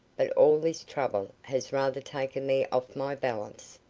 but all this trouble has rather taken me off my balance.